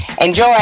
enjoy